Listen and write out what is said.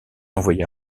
envoyé